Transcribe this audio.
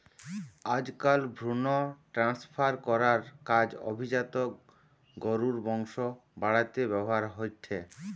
আজকাল ভ্রুন ট্রান্সফার করার কাজ অভিজাত গরুর বংশ বাড়াতে ব্যাভার হয়ঠে